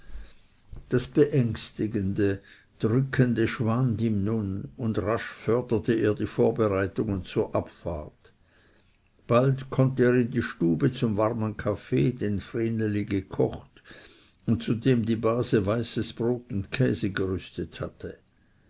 das beängstigende drückende schwand ihm nun und rasch förderte er die vorbereitungen zur abfahrt bald konnte er in die stube zum warmen kaffee den vreneli gekocht und zu dem die base weißes brot und käse gerüstet hatte